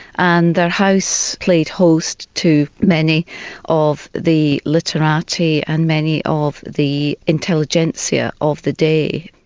and the house played host to many of the literati and many of the intelligentsia of the day.